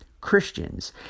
Christians